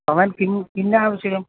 भवान् किं किं नावश्यकम्